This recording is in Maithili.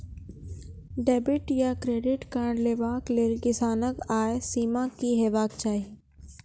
डेबिट या क्रेडिट कार्ड लेवाक लेल किसानक आय सीमा की हेवाक चाही?